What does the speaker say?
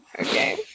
okay